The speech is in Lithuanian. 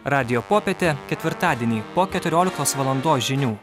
radijo popietė ketvirtadienį po keturioliktos valandos žinių